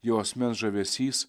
jo asmens žavesys